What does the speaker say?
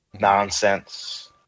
nonsense